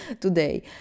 today